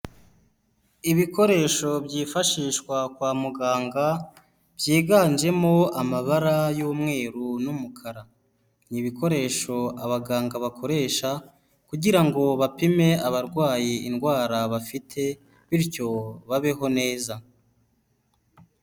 Ibikoresho byifashishwa kwa muganga, byiganjemo amabara y'umweru n'umukara, ni ibikoresho abaganga bakoresha kugira ngo bapime abarwayi indwara bafite, bityo babeho neza.